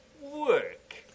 work